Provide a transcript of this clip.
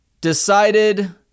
decided